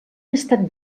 estat